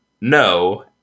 No